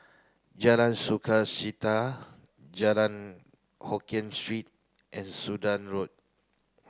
Jalan Sukachita Jalan Hokkien Street and Sudan Road